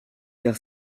car